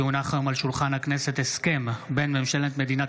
כי הונח היום על שולחן הכנסת הסכם בין ממשלת מדינת